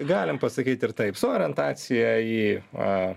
galim pasakyt ir taip su orientacija į a